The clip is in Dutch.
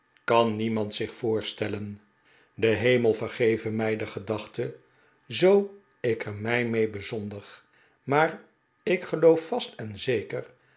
kan niemand zich voorstellen de hemel vergeve mij de gedachte zoo ik er mij mee bezondig maar ik geloof vast en zeker